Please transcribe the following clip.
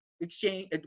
exchange